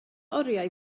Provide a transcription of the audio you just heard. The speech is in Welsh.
oriau